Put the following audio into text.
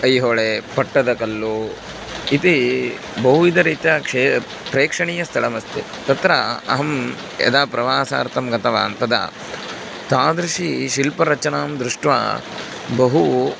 ऐहोळे पट्टदकल्लु इति बहुविधरीत्या क्षे प्रेक्षणीयस्थलम् अस्ति तत्र अहं यदा प्रवासार्थं गतवान् तदा तादृशी शिल्परचनां दृष्ट्वा बहु